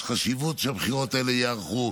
יש חשיבות שהבחירות האלה ייערכו,